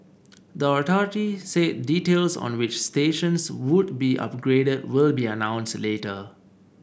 the authority said details on which stations would be upgraded will be announced later